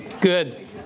Good